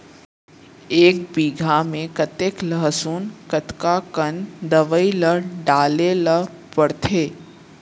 एक बीघा में कतेक लहसुन कतका कन दवई ल डाले ल पड़थे?